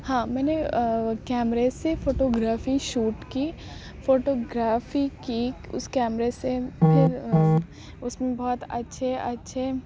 ہاں میں نے کیمرے سے فوٹو گرافی شوٹ کی فوٹو گرافی کی اس کیمرے سے پھر اس میں بہت اچھے اچھے